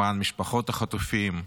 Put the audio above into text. למען משפחות החטופים,